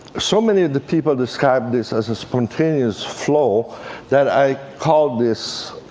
so many of the people described this as a spontaneous flow that i called this